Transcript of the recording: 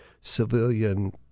civilian